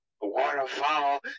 waterfall